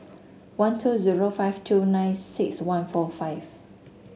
one two zero five two nine six one four five